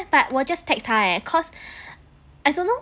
but 我 just text 他 leh cause I don't know